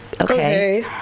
okay